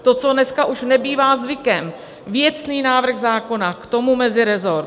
To, co dneska už nebývá zvykem, věcný návrh zákona, k tomu meziresort.